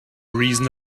reason